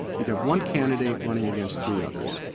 you've got one candidate running against three others.